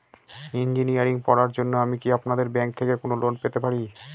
Engineering পড়ার জন্য আমি কি আপনাদের ব্যাঙ্ক থেকে কোন লোন পেতে পারি?